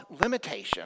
limitation